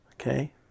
Okay